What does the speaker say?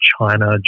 China